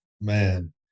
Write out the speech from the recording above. man